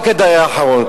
רק הדייר האחרון,